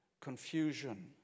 Confusion